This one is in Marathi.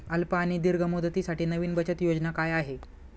अल्प आणि दीर्घ मुदतीसाठी नवी बचत योजना काय आहे?